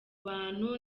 bantu